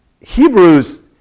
Hebrews